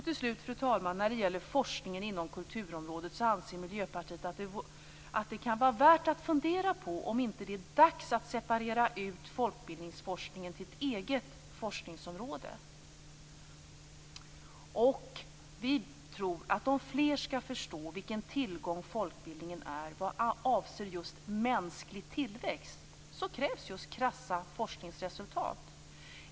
Till slut, fru talman, anser Miljöpartiet att det när det gäller forskningen inom kulturområdet kan vara värt att fundera på om det inte är dags att skilja ut folkbildningsforskningen till ett eget forskningsområde. Vi tror att om fler skall förstå vilken tillgång folkbildningen är vad avser just mänsklig tillväxt, krävs just krassa forskningsresultat.